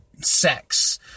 sex